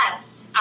Yes